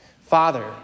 Father